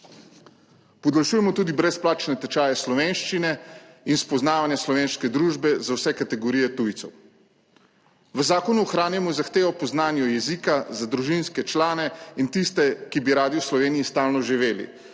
Podaljšujemo tudi brezplačne tečaje slovenščine in spoznavanje slovenske družbe za vse kategorije tujcev. V zakonu ohranjamo zahtevo po znanju jezika za družinske člane in tiste, ki bi radi v Sloveniji stalno živeli,